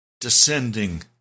descending